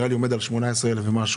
נראה לי שהוא עומד על 18 אלף שקלים ומשהו.